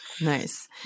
Nice